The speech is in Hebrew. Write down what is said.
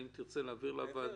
אם תרצה, תוכל להעביר לוועדה.